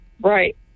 Right